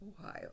Ohio